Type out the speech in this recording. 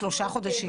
או שלושה חודשים.